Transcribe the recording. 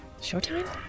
Showtime